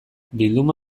bilduma